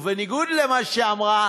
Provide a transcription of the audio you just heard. ובניגוד למה שאמרה